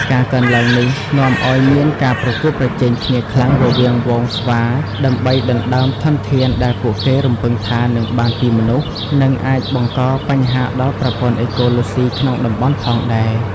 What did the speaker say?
ការកើនឡើងនេះនាំឱ្យមានការប្រកួតប្រជែងគ្នាខ្លាំងរវាងហ្វូងស្វាដើម្បីដណ្ដើមធនធានដែលពួកគេរំពឹងថានឹងបានពីមនុស្ស និងអាចបង្កបញ្ហាដល់ប្រព័ន្ធអេកូឡូស៊ីក្នុងតំបន់ផងដែរ។